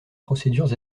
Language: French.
procédures